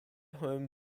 home